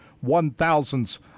one-thousandths